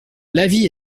l’avis